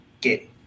get